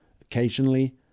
Occasionally